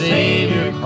Savior